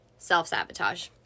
self-sabotage